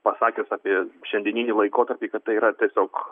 pasakęs apie šiandieninį laikotarpį kad tai yra tiesiog